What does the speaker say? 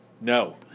No